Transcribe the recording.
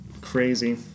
Crazy